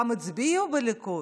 גם הצביעו לליכוד.